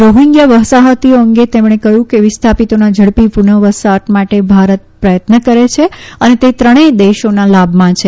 Rohingya વસાહતીઓ અંગે તેમણે કહ્યું કે વિસ્થાપિતોના ઝડપી પુનર્વસવાટ માટે ભારત પ્રથત્ન કરે છે અને તે ત્રણેય દેશોના લાભમાં છે